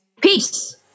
Peace